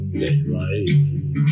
daylight